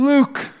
Luke